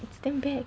it's damn bad